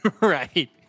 Right